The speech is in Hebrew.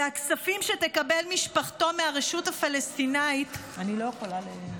והכספים שתקבל משפחתו מהרשות הפלסטינית אני לא יכולה.